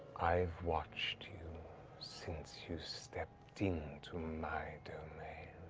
i've watched you since you stepped into my domain,